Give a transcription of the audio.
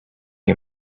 you